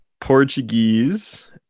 Portuguese